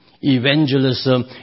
Evangelism